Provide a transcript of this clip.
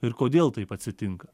ir kodėl taip atsitinka